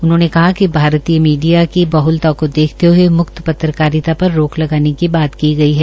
उन्होंने कहा कि भारतीय मीडिया की बाहल्ता को देखते हये मुफ्त पत्रकारिता पर रोक लगाने की बात की गई है